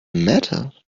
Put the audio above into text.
matter